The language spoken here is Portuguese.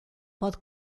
pode